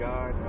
God